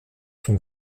son